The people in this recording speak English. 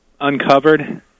uncovered